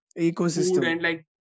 ecosystem